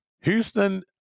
houston